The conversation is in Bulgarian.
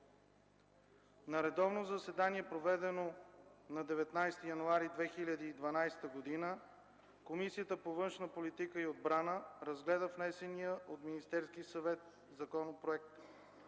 На редовно заседание, проведено на 19 януари 2012 г., Комисията по външна политика и отбрана разгледа внесения от Министерски съвет законопроект.